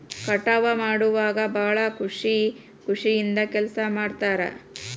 ಕಟಾವ ಮಾಡುವಾಗ ಭಾಳ ಖುಷಿ ಖುಷಿಯಿಂದ ಕೆಲಸಾ ಮಾಡ್ತಾರ